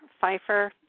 Pfeiffer